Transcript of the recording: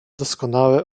doskonałe